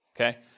okay